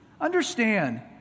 Understand